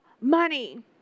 money